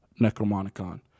Necromonicon